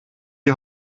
die